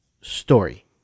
story